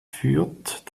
führt